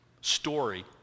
story